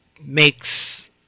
makes